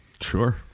Sure